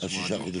ה-6 חודשים?